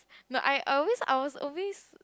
no I always I was always